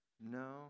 No